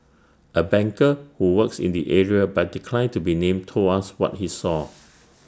A banker who works in the area but declined to be named told us what he saw